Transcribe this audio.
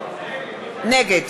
נגד